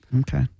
Okay